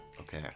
okay